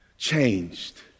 changed